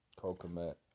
Kokomet